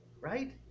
right